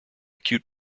cute